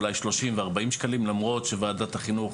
אולי 30 או 40 שקלים למרות שוועדת החינוך